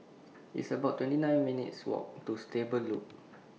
It's about twenty nine minutes' Walk to Stable Loop